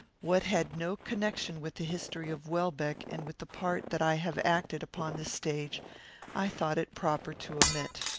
what had no connection with the history of welbeck and with the part that i have acted upon this stage i thought it proper to omit.